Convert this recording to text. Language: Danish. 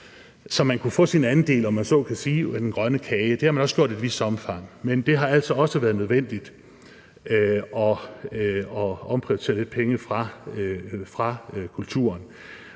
om man så må sige, den grønne kage. Det har man også gjort i et vist omfang, men det har altså også været nødvendigt at omprioritere penge fra kulturen.